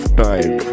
time